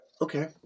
Okay